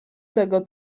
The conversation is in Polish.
tego